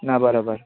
ना बरोबर